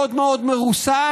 מאוד מאוד מרוסן,